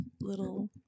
little